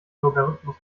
logarithmus